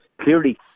clearly